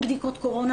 עם בדיקות קורונה,